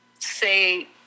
say